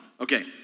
Okay